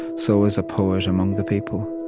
so is a poet among the people.